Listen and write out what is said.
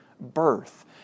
birth